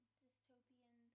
dystopian